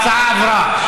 ההצעה עברה.